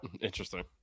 Interesting